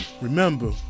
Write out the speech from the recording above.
remember